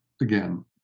again